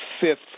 fifth